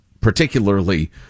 particularly